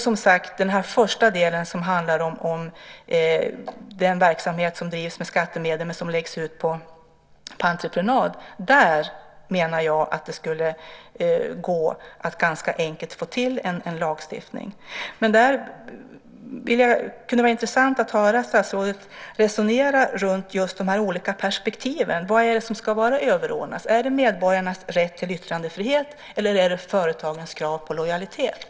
När det gäller den del som handlar om den verksamhet som drivs med skattemedel men som läggs ut på entreprenad menar jag att man där ganska enkelt skulle kunna få till en lagstiftning. Det kunde vara intressant att höra statsrådet resonera kring just de olika perspektiven. Vad är det som ska vara överordnat? Är det medborgarnas rätt till yttrandefrihet eller är det företagens krav på lojalitet?